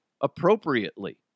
appropriately